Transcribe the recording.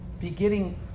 beginning